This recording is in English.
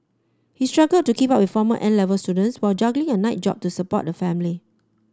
he struggled to keep up with former N Level students while juggling a night job to support the family